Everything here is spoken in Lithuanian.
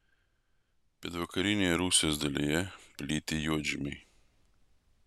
pietvakarinėje rusijos dalyje plyti juodžemiai